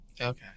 Okay